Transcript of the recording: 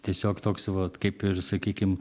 tiesiog toks vot kaip ir sakykim